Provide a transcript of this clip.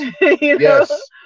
Yes